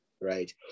right